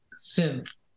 synth